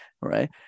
right